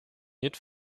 need